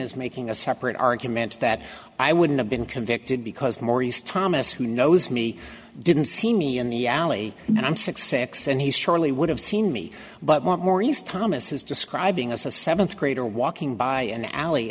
is making a separate argument that i wouldn't have been convicted because maurice thomas who knows me didn't see me in the alley and i'm six six and he surely would have seen me but maurice thomas is describing a seventh grader walking by an alley